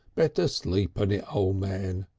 better sleep on it, o' man.